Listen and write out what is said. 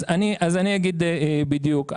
אז אני אגיד בדיוק.